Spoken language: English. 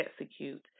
execute